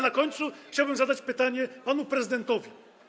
Na koniec chciałbym zadać pytanie panu prezydentowi.